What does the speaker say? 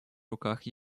руках